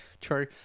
True